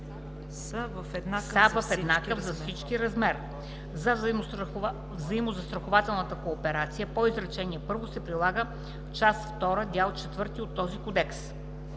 са в еднакъв за всички размер. За взаимозастрахователната кооперация по изречение първо се прилага част втора, дял четвърти от този кодекс.“